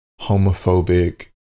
homophobic